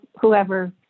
whoever